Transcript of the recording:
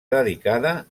dedicada